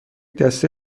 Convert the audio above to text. دسته